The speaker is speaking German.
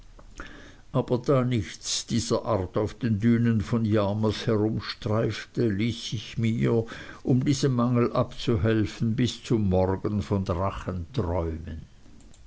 aber da nichts dieser art auf den dünen von yarmouth herumstreifte ließ ich mir um diesem mangel abzuhelfen bis zum morgen von